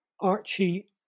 Archie